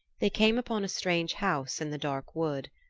they came upon a strange house in the dark wood.